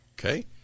Okay